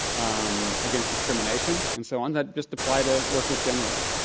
um against discrimination, and so on, that just apply to workers generally.